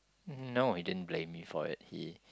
um no he didn't blame me for it he